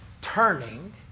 Turning